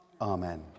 Amen